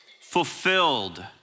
Fulfilled